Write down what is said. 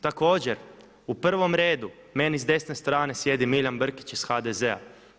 Također, u prvom redu meni s desne strane sjedi Milijan Brkić iz HDZ-a.